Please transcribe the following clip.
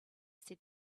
said